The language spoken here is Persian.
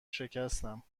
شکستم